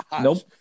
Nope